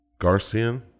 Garcian